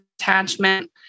attachment